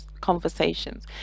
conversations